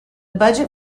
budget